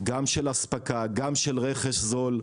גם של אספקה, גם של רכש זול.